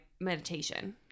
meditation